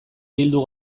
bildu